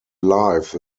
life